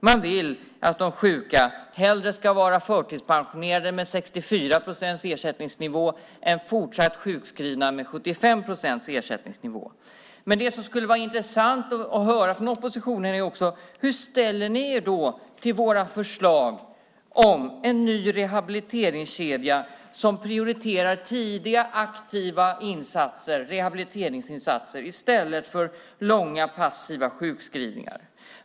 Man vill att de sjuka hellre ska vara förtidspensionerade med en ersättningsnivå på 64 procent än fortsatt sjukskrivna med en ersättningsnivå på 75 procent. Det skulle också vara intressant att höra hur oppositionen ställer sig till våra förslag om en ny rehabiliteringskedja som prioriterar tidiga aktiva rehabiliteringsinsatser i stället för långa passiva sjukskrivningar.